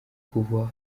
kuva